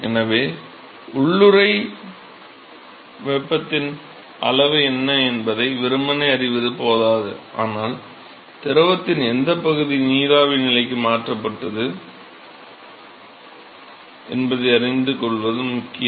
எனவே உள்ளூறை வெப்பத்தின் அளவு என்ன என்பதை வெறுமனே அறிவது போதாது ஆனால் திரவத்தின் எந்தப் பகுதி நீராவி நிலைக்கு மாற்றப்பட்டது என்பதை அறிந்து கொள்வதும் முக்கியம்